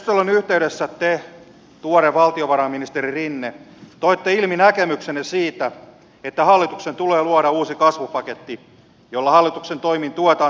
keskustelun yhteydessä te tuore valtiovarainministeri rinne toitte ilmi näkemyksenne siitä että hallituksen tulee luoda uusi kasvupaketti jolla hallituksen toimin tuetaan työllisyyttä ja talouskasvua